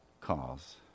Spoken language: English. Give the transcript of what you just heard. cause